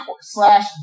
slash